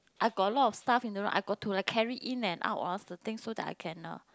I got a lot of stuff in the room I got to like carry in and out ah the things so that I can uh